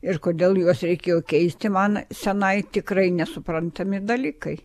ir kodėl juos reikėjo keisti man senai tikrai nesuprantami dalykai